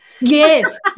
Yes